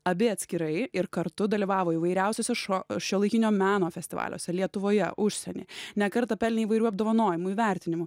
abi atskirai ir kartu dalyvavo įvairiausiuose šo šiuolaikinio meno festivaliuose lietuvoje užsienyje ne kartą pelnė įvairių apdovanojimų įvertinimų